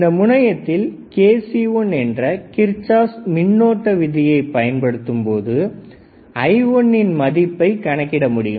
இந்த முனையத்தில் KCL என்ற கிரிச்ஷாப் மின்னோட்ட விதியை பயன்படுத்தும் போது I1 மதிப்பை கணக்கிட முடியும்